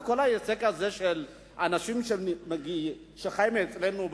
בכל העסק הזה של אנשים שחיים אצלנו,